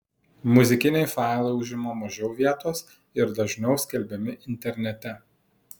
muzikiniai failai užima mažiau vietos ir dažniau skelbiami internete